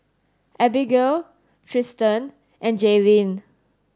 Abigail Tristen and Jaylene